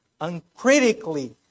uncritically